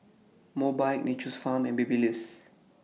Mobike Nature's Farm and Babyliss